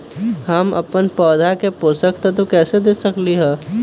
हम अपन पौधा के पोषक तत्व कैसे दे सकली ह?